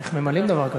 איך ממלאים דבר כזה?